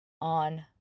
on